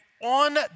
on